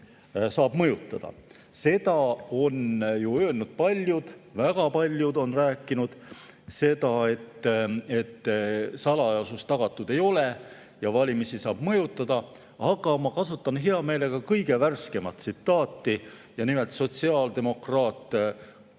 saab mõjutada. Seda on öelnud paljud, väga paljud on rääkinud seda, et salajasus tagatud ei ole ja valimisi saab mõjutada. Aga ma kasutan hea meelega kõige värskemat tsitaati, nimelt sotsiaaldemokraat Katri